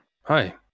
Hi